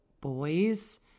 boys